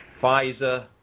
Pfizer